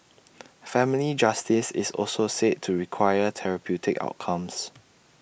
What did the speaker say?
family justice is also said to require therapeutic outcomes